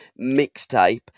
mixtape